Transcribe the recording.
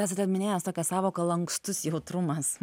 esate minėjęs tokią sąvoką lankstus jautrumas